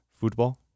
football